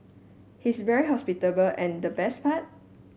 he's very hospitable and the best part